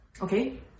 okay